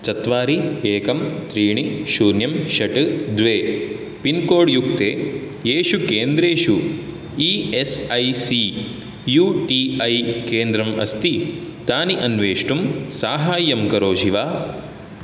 चत्वारि एकं त्रीणि शून्यं षट् द्वे पिन्कोड्युक्ते एषु केन्द्रेषु E S I C U T I केन्द्रम् अस्ति तानि अन्वेष्टुं साहाय्यं करोषि वा